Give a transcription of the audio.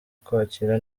kwakira